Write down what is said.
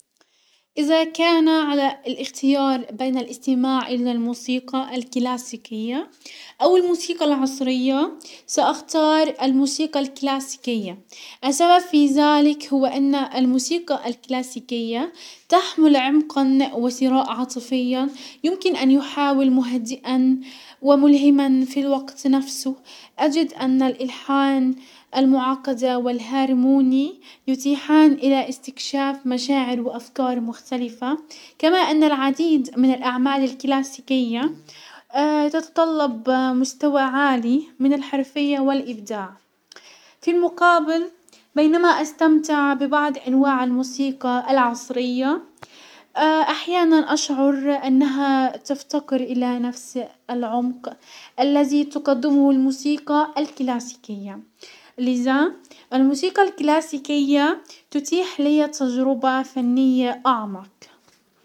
ازا كان على الاختيار بين الاستماع الي الموسيقى الكلاسيكية او الموسيقى العصرية، ساختار الموسيقى الكلاسيكية. السبب في زلك هو ان الموسيقى الكلاسيكية تحمل عمقا وشراء عاطفيا يمكن ان يحاول مهدئا وملهما في الوقت نفسه. اجد ان الالحان المعقدة والهرموني يتيحان الى استكشاف مشاعر وافكار مختلفة، كما ان العديد من الاعمال الكلاسيكية تتطلب مستوى عالي من الحرفية والابداع، في المقابل بينما استمتع ببعض انواع الموسيقى العصرية احيانا اشعر انها تفتقر الى نفس العمق الزي تقدمه الموسيقى الكلاسيكية، لزا الموسيقى الكلاسيكية تتيح لي تجربة فنية اعمق.